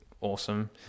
awesome